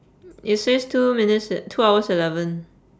it says two minutes e~ two hours eleven